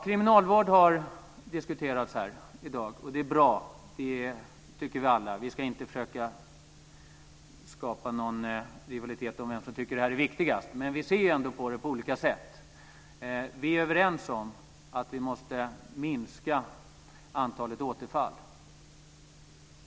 Kriminalvården har diskuterats här i dag. Det är bra. Det tycker vi alla. Vi ska inte försöka skapa någon rivalitet om vem som tycker det här är viktigast, men vi ser ändå på det på olika sätt. Vi är överens om att vi måste minska antalet återfall.